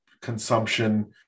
consumption